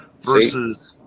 versus –